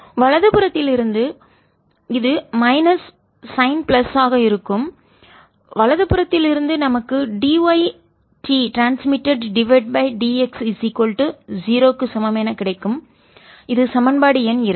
வலது புறத்தில் இருந்து இது மைனஸ் சைன் பிளஸ் ஆக இருக்கும் வலது புறத்தில் இருந்து நமக்கு d yTட்ரான்ஸ்மிட்டட்dx 0 க்கு சமம் என கிடைக்கும் இது சமன்பாடு எண் இரண்டு